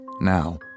Now